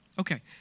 Okay